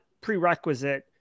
prerequisite